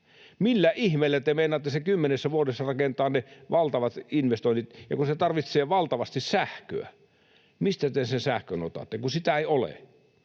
Millä ihmeellä te meinaatte sen kymmenessä vuodessa rakentaa, ne valtavat investoinnit, ja kun se tarvitsee valtavasti sähköä? Mistä te sen sähkön otatte, kun sitä ei ole?